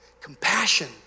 compassion